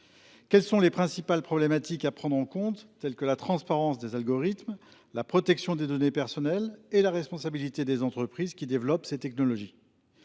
Quelles sont les principales problématiques à prendre en compte, telles que la transparence des algorithmes, la protection des données personnelles et la responsabilité des entreprises qui développent ces technologies ?